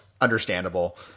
understandable